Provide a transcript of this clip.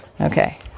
Okay